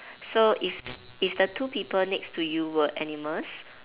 so if if the two people next to you were animals